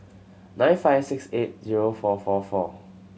nine five six eight zero four four four